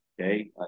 okay